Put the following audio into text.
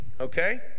okay